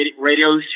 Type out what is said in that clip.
radio